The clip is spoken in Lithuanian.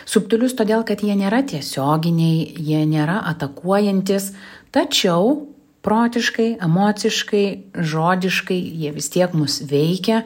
subtilius todėl kad jie nėra tiesioginiai jie nėra atakuojantys tačiau protiškai emociškai žodiškai jie vis tiek mus veikia